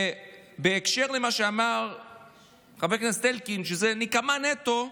בהקשר של מה שאמר חבר הכנסת אלקין, שזה נקמה נטו,